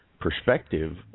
perspective